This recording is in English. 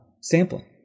sampling